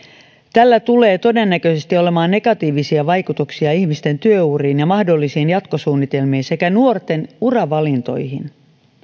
tällä tulee todennäköisesti olemaan negatiivisia vaikutuksia ihmisten työuriin ja mahdollisiin jatkosuunnitelmiin sekä nuorten uravalintoihin